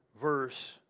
verse